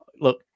look